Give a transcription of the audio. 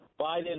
Biden